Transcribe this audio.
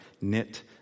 knit